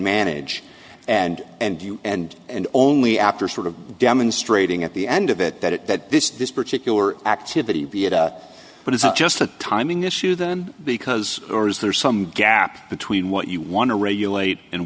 manage and and you and and only after sort of demonstrating at the end of it that this this particular activity be it out but it's not just a timing issue then because or is there some gap between what you want to regulate and